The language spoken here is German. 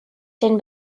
den